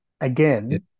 again